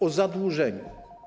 O zadłużeniu.